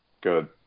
Good